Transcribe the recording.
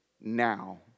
now